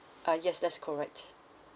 uh yes that's correct